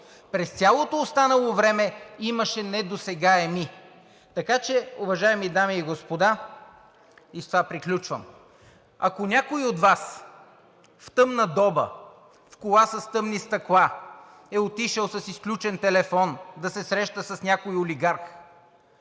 През цялото останало време имаше недосегаеми. Така че, уважаеми дами и господа, и с това приключвам, ако някой от Вас в тъмна доба, в кола с тъмни стъкла е отишъл с изключен телефон да се среща с някой олигарх,